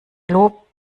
lob